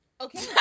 okay